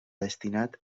destinat